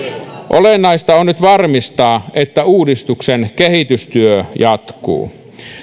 olennaista on nyt varmistaa että uudistuksen kehitystyö jatkuu